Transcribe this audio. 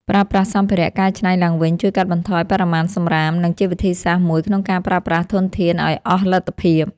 ប្រើប្រាស់សម្ភារៈកែច្នៃឡើងវិញជួយកាត់បន្ថយបរិមាណសំរាម និង ជាវិធីសាស្ត្រមួយក្នុងការប្រើប្រាស់ធនធានឱ្យអស់លទ្ធភាព។